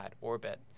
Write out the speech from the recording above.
orbit